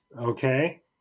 Okay